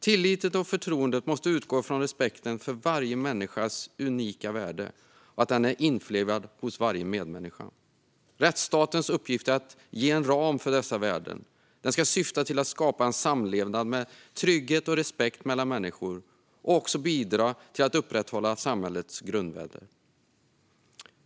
Tilliten och förtroendet måste utgå ifrån att respekten för varje människas unika värde är införlivad hos varje medmänniska. Rättsstatens uppgift är att ge en ram för dessa värden. Den ska syfta till att skapa en samlevnad med trygghet och respekt mellan människor, och den ska bidra till att upprätthålla samhällets grundvärden.